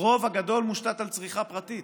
הרוב הגדול מושתת על צריכה פרטית.